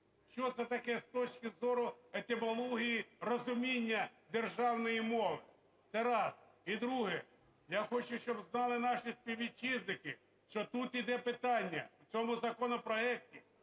що це таке з точки зору етимології, розуміння державної мови. Це раз. І друге. Я хочу, щоб знали наші співвітчизники, що тут іде питання, в цьому законопроекті